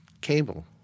cable